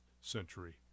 century